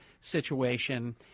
situation